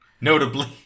notably